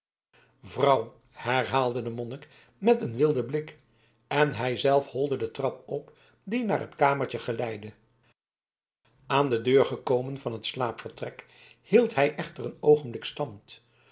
vrouw herhaalde de monnik met een wilden blik en hij zelf holde de trap op die naar het kamertje geleidde aan de deur gekomen van het slaapvertrek hield hij echter een oogenblik stand